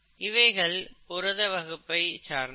இவைகள் புரத வகுப்பை சார்ந்தவை